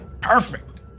Perfect